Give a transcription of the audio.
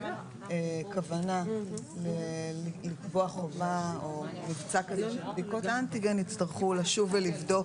כוונה לקבוע חובה או מבצע כזה של בדיקות אנטיגן יצטרכו להמשיך ולבדוק